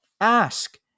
Ask